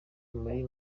muri